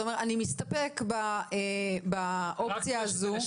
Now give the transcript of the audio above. אתה אומר: אני מסתפק באופציה הזו,